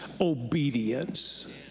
obedience